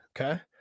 Okay